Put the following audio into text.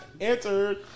Answered